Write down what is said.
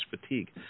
fatigue